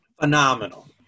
Phenomenal